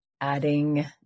adding